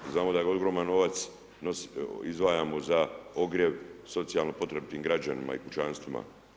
Znamo da je ogroman novac izdvajamo za ogrjev, socijalnu potrebu tim građanima i kućanstvima.